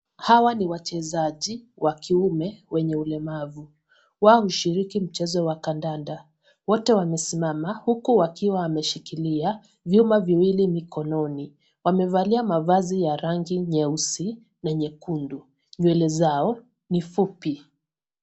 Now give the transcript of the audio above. Hawa ni wachezaji wa kiume wenye ulemavu. Wao hushiriki mchezo wa kandanda. Wote wamesimama huku wakiwa wameshikilia vyuma viwili mkononi. Wamevalia mavazi ya rangi nyeusi na nyekundu, nywele zao ni fupi.